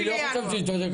אני לא חושב שהיא צודקת,